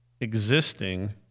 existing